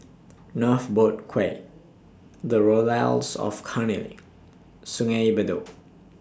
North Boat Quay The Laurels of Cairnhill Sungei Bedok